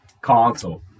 console